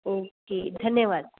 okay धन्यवाद